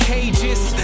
Cages